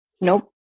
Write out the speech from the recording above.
Nope